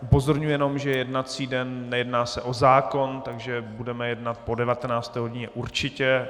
Upozorňuji jenom, že je jednací den, nejedná se o zákon, takže budeme jednat po 19. hodině určitě.